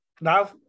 Now